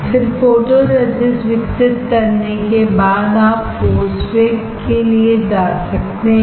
फिर फोटोरेजिस्ट विकसित करने के बाद आप पोस्ट बेक के लिए जा सकते हैं